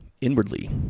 inwardly